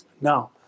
Now